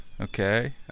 okay